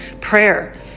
prayer